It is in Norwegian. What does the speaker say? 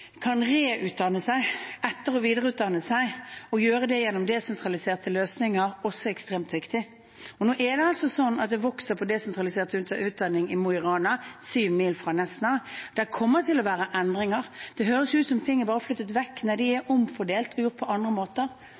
kan reutdanne seg, etter- og videreutdanne seg og gjøre det gjennom desentraliserte løsninger, også ekstremt viktig. Nå er det sånn at desentralisert utdanning vokser – i Mo i Rana, syv mil fra Nesna. Det kommer til å være endringer. Det høres ut som om ting bare er flyttet vekk. Nei, de er omfordelt, det er gjort på andre måter.